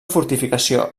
fortificació